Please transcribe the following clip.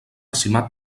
simat